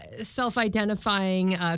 self-identifying